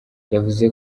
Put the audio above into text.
yavuze